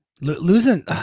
losing